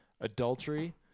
adultery